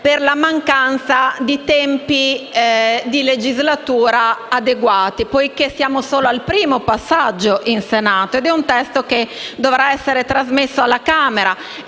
per mancanza di tempi adeguati. Infatti, siamo solo al primo passaggio in Senato di un testo che dovrà essere trasmesso alla Camera